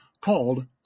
called